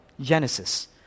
Genesis